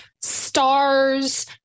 stars